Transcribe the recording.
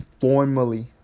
formally